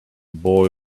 boy